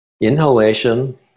inhalation